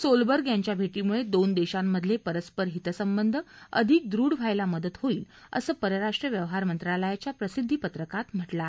Solberg यांच्या भेटीमुळे दोन देशांमधले परस्पर हित संबंध अधिक दृढ व्हायला मदत होईल असं परराष्ट्र व्यवहार मंत्रालयाच्या प्रसिद्दी पत्रकात म्हटलं आहे